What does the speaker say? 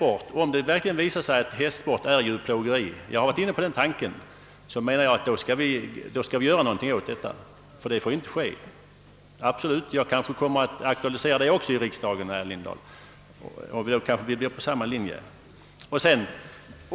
Om det verkligen visar sig att hästsporten är djurplågeri — jag har varit inne på den tanken — måste vi göra någonting åt saken. Sådant får absolut inte förekomma. Jag kanske kommer att aktualisera också den frågan i riksdagen. Då hamnar vi kanhända på samma linje, herr Lindahl.